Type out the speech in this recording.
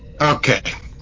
Okay